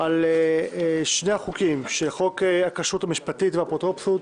על שני החוקים: הצעת חוק הכשרות המשפטית והאפוטרופסות